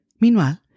Meanwhile